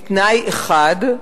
בתנאי אחד,